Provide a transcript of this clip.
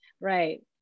right